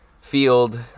field